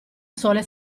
sole